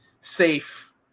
safe